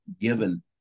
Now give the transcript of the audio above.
given